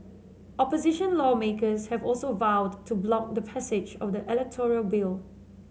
opposition lawmakers have also vowed to block the passage of the electoral bill